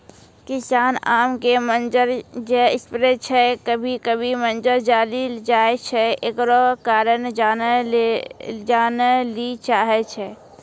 किसान आम के मंजर जे स्प्रे छैय कभी कभी मंजर जली जाय छैय, एकरो कारण जाने ली चाहेय छैय?